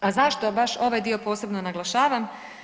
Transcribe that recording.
A zašto baš ovaj dio posebno naglašavam?